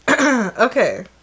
okay